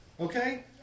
okay